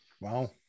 wow